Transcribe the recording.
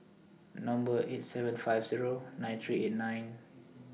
Number eight seven five Zero nine three eight nine